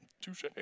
Touche